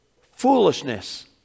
foolishness